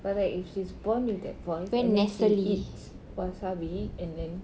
but like if she's born with that voice and then she eats wasabi and then